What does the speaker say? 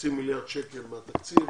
חצי מיליארד שקל מהתקציב